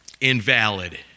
Invalid